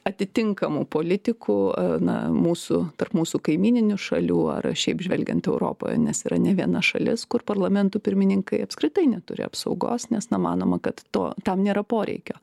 atitinkamų politikų na mūsų tarp mūsų kaimyninių šalių ar šiaip žvelgiant europoje nes yra ne viena šalis kur parlamentų pirmininkai apskritai neturi apsaugos nes na manoma kad to tam nėra poreikio